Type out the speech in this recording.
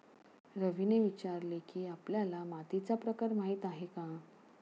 रवीने विचारले की, आपल्याला मातीचा प्रकार माहीत आहे का?